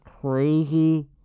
crazy